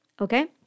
Okay